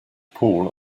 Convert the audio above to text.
pool